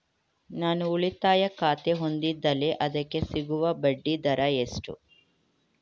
ನಾನು ಉಳಿತಾಯ ಖಾತೆ ಹೊಂದಿದ್ದಲ್ಲಿ ಅದಕ್ಕೆ ಸಿಗುವ ಬಡ್ಡಿ ದರ ಎಷ್ಟು?